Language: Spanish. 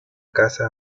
casa